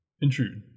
intrude